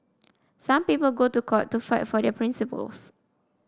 some people go to court to fight for their principles